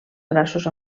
braços